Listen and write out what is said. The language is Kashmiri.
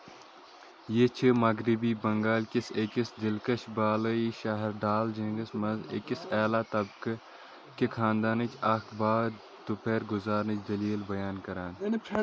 یہِ چھِ مغربی بنٛگال کِس أکِس دلکش بٲلی شَہر دارجلنگَس منٛز أکِس اعلیٰ طبقہٕ کِہِ خانٛدانٕچ اکھ بعد دُپہَر گزارنٕچ دٔلیٖل بیان کران